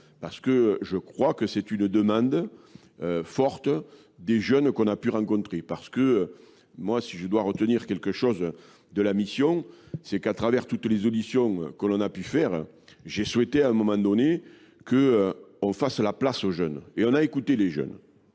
parce que je crois que c'est une demande forte des jeunes qu'on a pu rencontrer, parce que Moi, si je dois retenir quelque chose de la mission, c'est qu'à travers toutes les auditions que l'on a pu faire, j'ai souhaité à un moment donné qu'on fasse la place aux jeunes. Et on a écouté les jeunes.